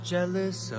jealous